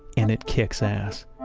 and it kicks ass.